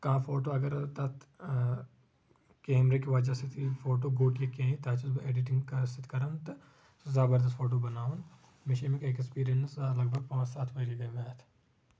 کانٛہہ فوٹو اگر تتھ کیمرا ہٕکۍ وجہ سۭتۍ یی فوٹ و گوٚٹ یا کینٛہہ یی تتھ چھُس بہٕ اٮ۪ڈٹنٛگ سۭتۍ کران تہٕ زبردست فوٹو بناوان مےٚ چھُ امیُک اٮ۪کٕس پیرینٕس لگ بگ پانٛژھ ستھ ؤری گٔے مےٚ اتھ